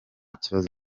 kibazo